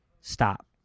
stop